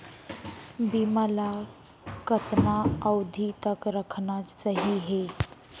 बीमा ल कतना अवधि तक रखना सही हे?